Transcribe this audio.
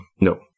No